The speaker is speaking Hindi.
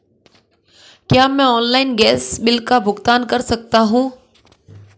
क्या मैं ऑनलाइन गैस बिल का भुगतान कर सकता हूँ?